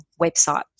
website